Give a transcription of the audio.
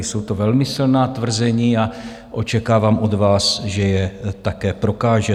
Jsou to velmi silná tvrzení a očekávám od vás, že je také prokážete.